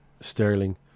sterling